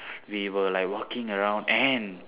we were like walking around and